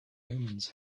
omens